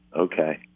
Okay